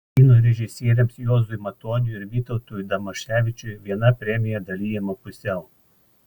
kino režisieriams juozui matoniui ir vytautui damaševičiui viena premija dalijama pusiau